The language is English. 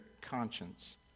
conscience